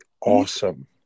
awesome